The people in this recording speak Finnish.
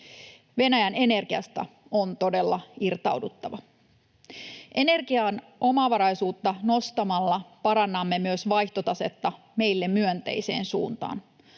Venäjän energiasta on todella irtauduttava. Energian omavaraisuutta nostamalla parannamme myös vaihtotasetta meille myönteiseen suuntaan.